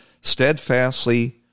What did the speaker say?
steadfastly